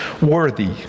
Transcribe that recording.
worthy